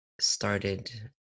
started